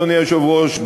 אדוני היושב-ראש,